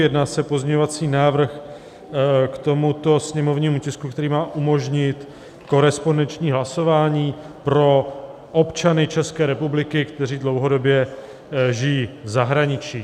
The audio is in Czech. Jedná se o pozměňovací návrh k tomuto sněmovnímu tisku, který má umožnit korespondenční hlasování pro občany České republiky, kteří dlouhodobě žijí v zahraničí.